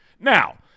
Now